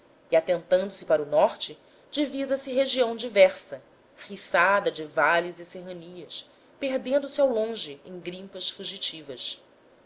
e atentando se para o norte divisa se região diversa riçada de vales e serranias perdendo se ao longe em grimpas fugitivas